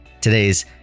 today's